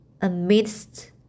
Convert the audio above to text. amidst